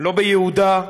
לא ביהודה,